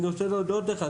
אני רוצה להודות לך.